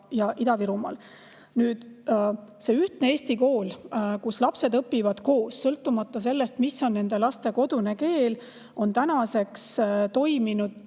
ja Ida-Virumaal. Nüüd, see ühtne Eesti kool, kus lapsed õpivad koos, sõltumata sellest, mis on nende laste kodune keel, on tänaseks toiminud